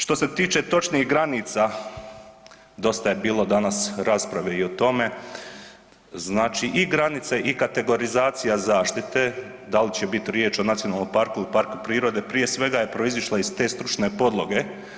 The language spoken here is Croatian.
Što se tiče točnih granica, dosta je bilo danas rasprave i o tome, znači i granice i kategorizacija zaštite, da li će biti riječ o nacionalnom parku ili parku prirode je prije svega je proizišla iz te stručne podloge.